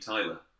Tyler